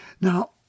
Now